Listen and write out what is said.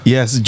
Yes